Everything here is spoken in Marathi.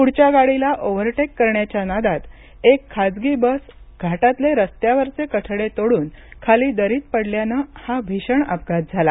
पुढच्या गाडीला ओव्हरटेक करण्याच्या नादात एक खाजगी बस घाटातले रस्त्यावरचे कठडे तोडून खाली दरीत पडल्याने हा भीषण अपघात झाला